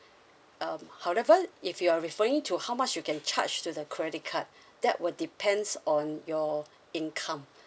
um however if you are referring to how much you can charge to the credit card that would depends on your income